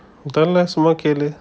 தெரில சும்மா கேளு:terila summa kealu